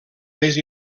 més